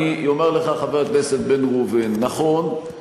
אני אומר לך, חבר הכנסת בן ראובן: נכון,